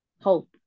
hope